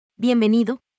Bienvenido